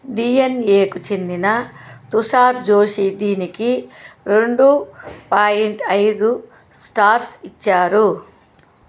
D N ఏకు చెందిన తుషార్ జోషి దీనికి రెండు పాయింట్ ఐదు స్టార్స్ ఇచ్చారు